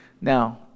Now